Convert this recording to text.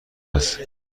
است